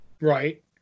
Right